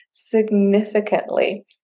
significantly